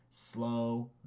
Slow